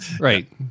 Right